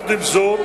עם זאת,